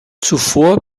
zuvor